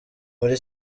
muri